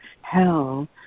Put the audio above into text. hell